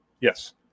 Yes